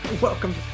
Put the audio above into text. Welcome